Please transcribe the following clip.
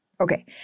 Okay